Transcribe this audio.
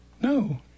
No